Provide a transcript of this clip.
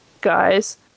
guys